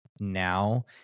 now